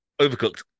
Overcooked